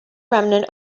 remnant